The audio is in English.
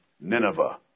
Nineveh